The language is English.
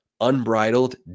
unbridled